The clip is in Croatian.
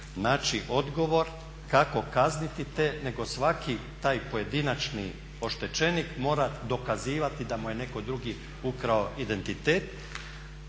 naći odgovor kako kazniti te nego svaki taj pojedinačni oštećenik mora dokazivati da mu je netko drugi ukrao identitet